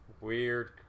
weird